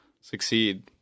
succeed